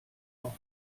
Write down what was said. auch